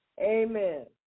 Amen